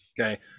Okay